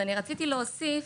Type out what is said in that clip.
אז אני רציתי להוסיף,